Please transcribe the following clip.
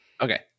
Okay